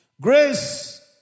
Grace